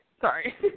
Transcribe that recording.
Sorry